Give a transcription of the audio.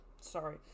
sorry